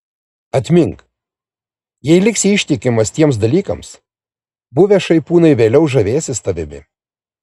atmink jei liksi ištikimas tiems dalykams buvę šaipūnai vėliau žavėsis tavimi